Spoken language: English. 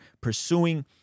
pursuing